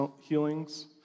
healings